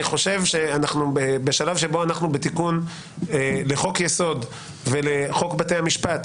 אני חושב שאנחנו בשלב שבו אנחנו בתיקון לחוק יסוד ולחוק בתי המשפט.